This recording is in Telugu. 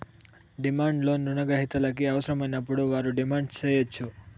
డిమాండ్ లోన్ రుణ గ్రహీతలకు అవసరమైనప్పుడు వారు డిమాండ్ సేయచ్చు